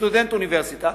מסטודנט אוניברסיטה,